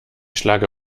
schlage